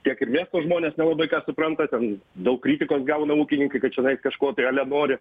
tiek ir miesto žmonės nelabai ką supranta ten daug kritikos gauna ūkininkai kad čianais kažko tai ale nori